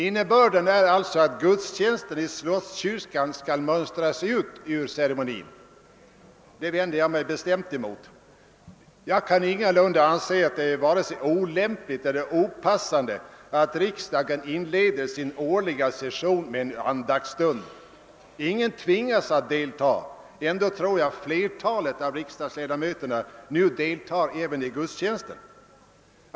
Innebörden är alltså att gudstjänsten i Slottskyrkan skall mönstras ut ur ceremonin. Detta vänder jag mig bestämt emot. Det kan ingalunda anses vare sig olämpligt eller opassande att riksdagen inleder sin årliga session med en andaktsstund. Ingen tvingas att delta. Ändå tror jag flertalet av riksdagsledamöterna nu deltar även i gudstjänsten.